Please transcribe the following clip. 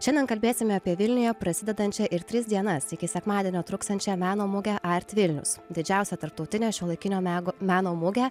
šiandien kalbėsime apie vilniuje prasidedančią ir tris dienas iki sekmadienio truksiančią meno mugę art vilnius didžiausia tarptautinė šiuolaikinio meno meno mugė